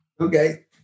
Okay